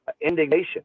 indignation